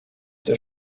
der